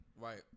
Right